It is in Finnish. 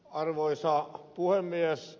arvoisa puhemies